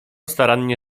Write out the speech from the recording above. starannie